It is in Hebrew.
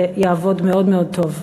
זה יעבוד מאוד מאוד טוב.